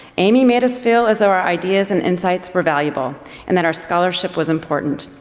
amy made us feel as though our ideas and insights were valuable and that our scholarship was important.